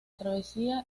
travesía